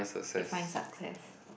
define success